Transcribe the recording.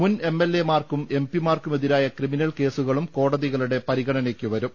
മുൻ M L എമാർക്കും M P മാർക്കു മെതിരായ ക്രിമിനൽ കേസുകളും കോടതികളുടെ പരിഗണനയ്ക്കുവരും